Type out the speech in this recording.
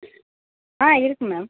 ஆ இருக்குது மேம்